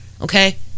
okay